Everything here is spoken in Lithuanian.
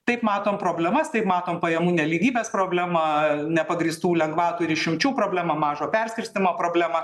taip matom problemas taip matom pajamų nelygybės problemą nepagrįstų lengvatų ir išimčių problemą mažo perskirstymo problemą